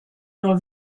nur